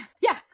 Yes